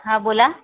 हां बोला